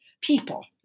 people